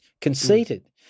conceited